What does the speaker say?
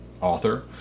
author